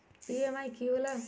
EMI की होला?